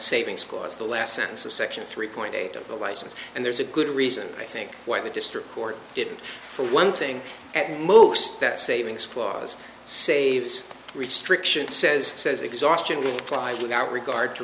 savings clause the last sentence of section three point eight of the license and there's a good reason i think why the district court did for one thing at most that saving squaws saves restriction says says exhaustion with pride without regard to